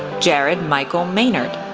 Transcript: jared michael mehnert,